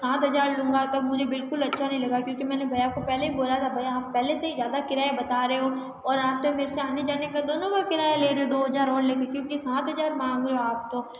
सात हज़ार लूँगा तब मुझे बिल्कुल अच्छा नहीं लगा क्योंकि मैंने भैया को पहले ही बोला था भईया आप पहले से ही ज़्यादा किराया बता रहे हो और आप तो मेरे से आने जाने का दोनों का किराया ले रहे हो दो हज़ार और लेंगे क्योंकि सात हज़ार मांग रहे हो आप तो